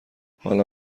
حالم